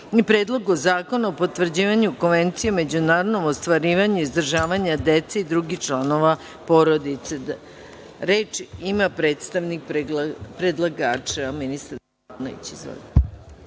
i Predlogu zakona o potvrđivanju Konvencije o međunarodnom ostvarivanju izdržavanja dece i drugih članova porodice. Reč ima predstavnik predlagača ministar Stefanović. Izvolite.